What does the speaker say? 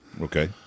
okay